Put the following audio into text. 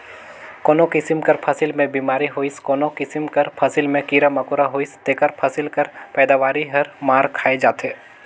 कोनो किसिम कर फसिल में बेमारी होइस कोनो किसिम कर फसिल में कीरा मकोरा होइस तेकर फसिल कर पएदावारी हर मार खाए जाथे